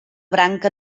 branca